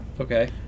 Okay